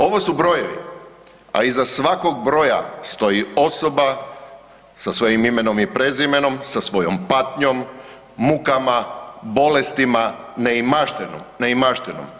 Ovo su brojevi, a iza svakog broja stoji osoba sa svojim imenom i prezimenom, sa svojom patnjom, mukama, bolestima, neimaštinom.